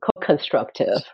co-constructive